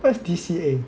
what is D_C_A